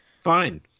Fine